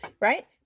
right